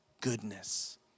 goodness